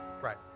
right